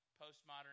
postmodern